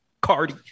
Cardi